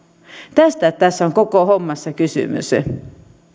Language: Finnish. tästä tässä koko hommassa on kysymys